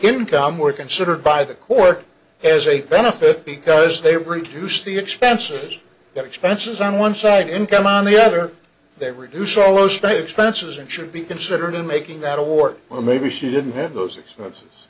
income were considered by the court as a benefit because they reduced the expenses that expenses on one side income on the other they reduce almost any expenses and should be considered in making that a war well maybe she didn't have those expenses